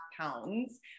pounds